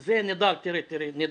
זה נידאל,